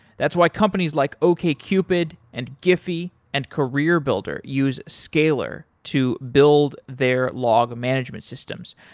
that's why companies like okcupid and giffy and career builder use scaler to build their log management systems.